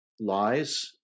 Lies